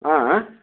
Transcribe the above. ହଁ